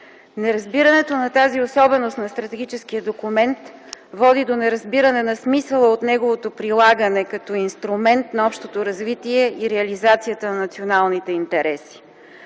Неразбирането на тази особеност на стратегическия документ води до неразбиране на смисъла от неговото прилагане като инструмент на общото развитие и реализацията на националните интереси.